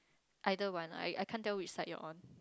either one lah I I can't tell which side your one